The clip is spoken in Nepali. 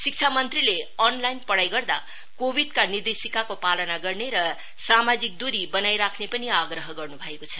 शिक्षा मंत्रीले अनलाइन पढ़ाई गर्दा कोविड को निर्देशिकाको पालना गर्ने र सामाजिक दूरी बनाईराख्ने पनि आग्रह गर्नु भएको छ